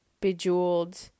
bejeweled